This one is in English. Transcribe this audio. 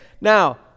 now